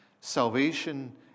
salvation